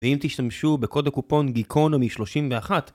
ואם תשתמשו בקוד הקופון GEEKONOMY31